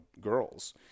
girls